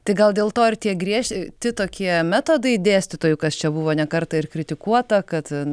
tai gal dėl to ir tie griežti tokie metodai dėstytojų kas čia buvo ne kartą ir kritikuota kad